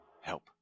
help